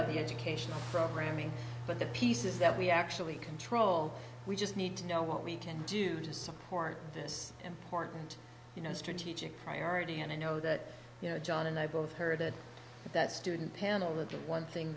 of the educational programming but the pieces that we actually control we just need to know what we can do to support this important you know strategic priority and i know that you know john and i both heard that that student panel the one thing